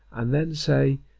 and then say,